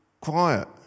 quiet